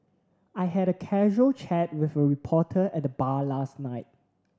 I had a casual chat with a reporter at the bar last night